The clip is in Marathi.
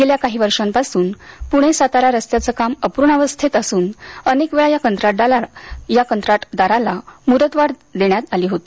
गेल्या काही वर्षांपासून पुणे सातारा रस्त्याचं काम अपूर्णावस्थेत असून अनेकवेळा या कंत्राटदाराला मुदतवाढही देण्यात आली होती